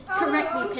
correctly